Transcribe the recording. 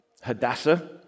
Hadassah